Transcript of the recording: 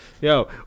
Yo